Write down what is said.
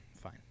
fine